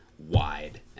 Wide